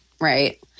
Right